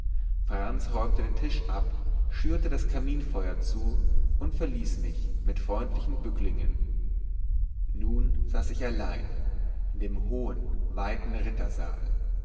franz räumte den tisch ab schürte das kaminfeuer zu und verließ mich mit freundlichen bücklingen nun saß ich allein in dem hohen weiten rittersaal